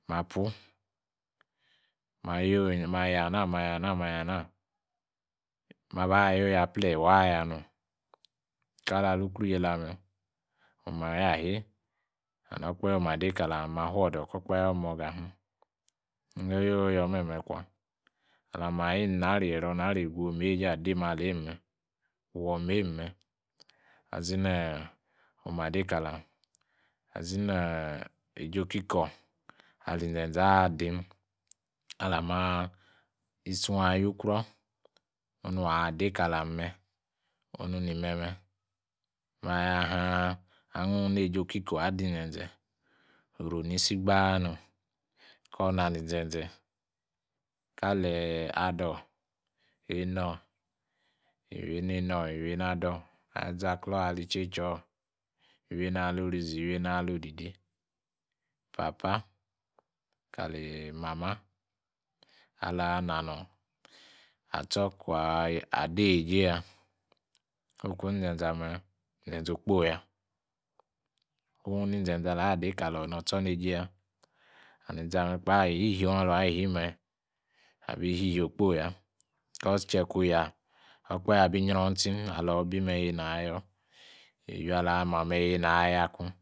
Ma puu, ma yana ma yana, ma ban yoyo aple waa ya hom. kala leei ukuro yola me, oma yaa shi. okpahe oma dei kalami amaa fudor koor okpahe wi imoga hin, inyo yoyo meme kwa. alama ayi inara ero imara egu na ma wei eijei adi maleime, wameime izi he'm oma dei kalem. izi he hi ajei okikor ali inzeze adim alami ison ayu kruor, onu a'dei kalem me onu ni meme maya haa ahgun ni eije akikor hii eijei kikor obaa dinzeze kali adyo iwioor iwi eimei adao, ali zaaklor, ali chei choor iwi einoor alao dide iwi einoor alao rizi; papa kali mama, aloor inanong achoor kun aa' adoor eijei yaa, fuku minzeze ame inzeze okpoyi ya. Wun mi nzeze alao dei kaloor noor tchoor neijeiya. An iza me' kpa, ishiong alung abi shi me abi shishi okpahe caus kiye kuun yaa, okpahe abi nyankrisi aloor bi me yei naa yoor. iwii aloor ma me; yeiyi haa ayoor akun?